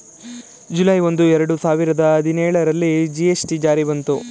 July ಒಂದು, ಎರಡು ಸಾವಿರದ ಹದಿನೇಳರಲ್ಲಿ ಜಿ.ಎಸ್.ಟಿ ಜಾರಿ ಬಂತು